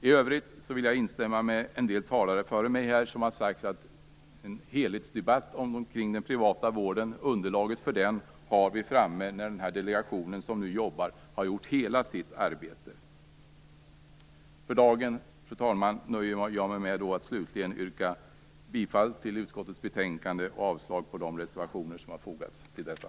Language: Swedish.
I övrigt vill jag instämma med de talare före mig som har sagt att underlaget för en helhetsdebatt om den privata vården har vi framme när den delegation som nu jobbar har gjort hela sitt arbete. Fru talman! För dagen nöjer jag mig med att slutligen yrka bifall till utskottets hemställan i betänkandet av avslag på de reservationer som har fogats till detta.